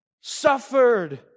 suffered